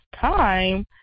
time